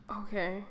okay